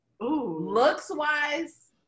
looks-wise